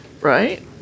right